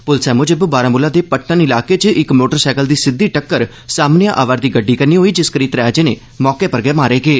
पुलसै मुजब बारामूला दे पट्टन इलाके च इक मोटरसैकल दी सिद्दी टक्कर सामनेया आवा'रदी गड्डी कन्नै होई जिस करी त्रै जने मौके पर गै मारे गे